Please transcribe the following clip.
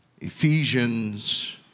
Ephesians